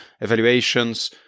Evaluations